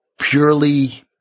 purely